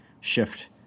shift